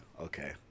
Okay